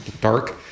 dark